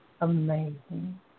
amazing